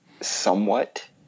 Somewhat